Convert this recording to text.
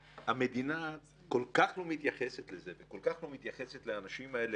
המדינה כל כך לא מתייחסת לזה וכל כך לא מתייחסת לאנשים האלה.